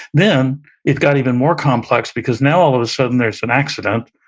then it got even more complex because now all of a sudden there's an accident,